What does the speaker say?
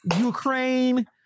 Ukraine